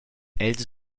els